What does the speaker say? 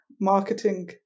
marketing